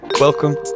Welcome